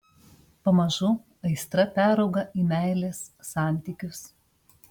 pamažu aistra perauga į meilės santykius